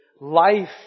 life